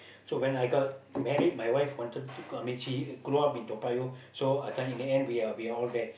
so when I got married my wife wanted to uh I mean she grew up in Toa-Payoh so uh this one in the end we all there